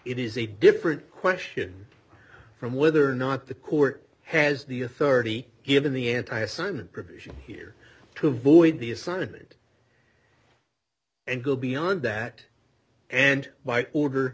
it is a different question from whether or not the court has the a thirty given the anti assignment provision here to avoid the asserted and go beyond that and why order